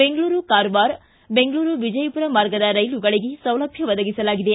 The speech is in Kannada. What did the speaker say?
ಬೆಂಗಳೂರು ಕಾರವಾರ ಬೆಂಗಳೂರು ವಿಜಯಪುರ ಮಾರ್ಗದ ರೈಲುಗಳಿಗೆ ಸೌಲಭ್ಯ ಒದಗಿಸಲಾಗಿದೆ